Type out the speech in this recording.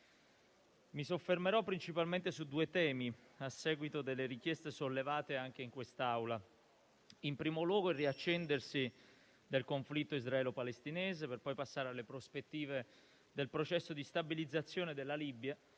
Mi soffermerò principalmente su due temi a seguito delle richieste sollevate anche in quest'Aula: in primo luogo, il riaccendersi del conflitto israelo-palestinese, per poi passare alle prospettive del processo di stabilizzazione della Libia,